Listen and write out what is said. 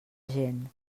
gent